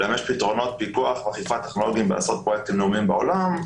לממש פתרונות פיקוח ואכיפה טכנולוגיים בעשרות פרויקטים לאומיים בעולם.